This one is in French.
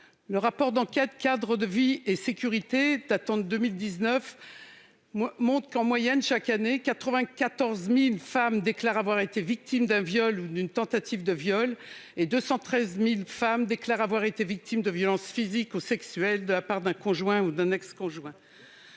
Le rapport d'enquête de 2019 montre qu'en moyenne, chaque année, 94 000 femmes déclarent avoir été victimes d'un viol ou d'une tentative de viol, et 213 000 femmes déclarent avoir été victimes de violences physiques ou sexuelles de la part d'un conjoint ou d'un ex-conjoint.